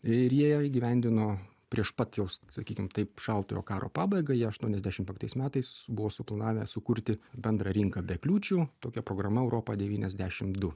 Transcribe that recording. ir jie įgyvendino prieš pat jaus sakykim taip šaltojo karo pabaigą jie aštuoniasdešim penktais metais buvo suplanavę sukurti bendrą rinką be kliūčių tokia programa europa devyniasdešim du